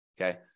Okay